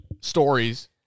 stories